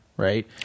Right